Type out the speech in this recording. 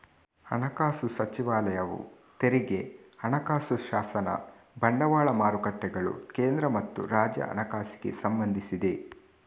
ಹಣಕಾಸು ಸಚಿವಾಲಯವು ತೆರಿಗೆ, ಹಣಕಾಸು ಶಾಸನ, ಬಂಡವಾಳ ಮಾರುಕಟ್ಟೆಗಳು, ಕೇಂದ್ರ ಮತ್ತು ರಾಜ್ಯ ಹಣಕಾಸಿಗೆ ಸಂಬಂಧಿಸಿದೆ